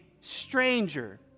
stranger